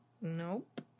Nope